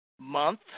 month